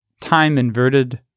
time-inverted